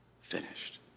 finished